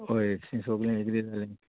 हय सोगलें इतली जालें